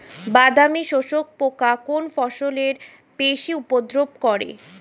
বাদামি শোষক পোকা কোন ফসলে বেশি উপদ্রব করে?